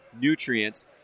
nutrients